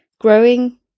growing